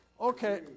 Okay